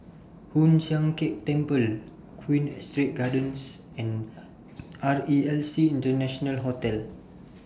Hoon Sian Keng Temple Queen Astrid Gardens and R E L C International Hotel